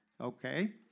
Okay